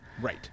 Right